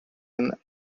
and